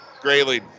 Grayling